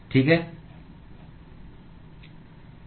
ठीक है